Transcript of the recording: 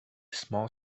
small